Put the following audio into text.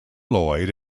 lloyd